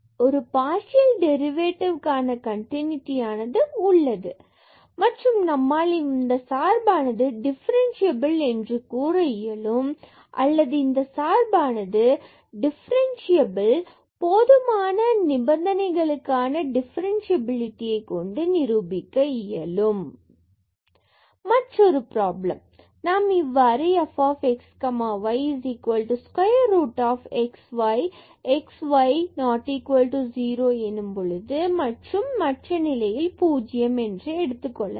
ஒரு பார்சியல் டெரிவேட்டிவ்க்கான கண்டினுடியானது உள்ளது மற்றும் நம்மால் இந்த சார்பானது டிஃபரன்ஸ்சியபில் என்று கூற இயலும் அல்லது இந்த சார்பானது டிஃபரன்ஸ்சியபில் போதுமான நிபந்தனைகளுக்கான டிஃபரன்ஸ்சியபிலிடியை கொண்டு நிரூபிக்க இயலும் மற்றொரு ப்ராப்ளம் நாம் இவ்வாறு f xy square root x y xy 0 எனும் போது மற்றும் மற்ற நிலையில் 0 என எடுத்துக் கொள்ளலாம்